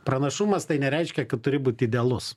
pranašumas tai nereiškia kad turi būt idealus